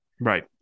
Right